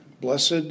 blessed